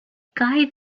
guy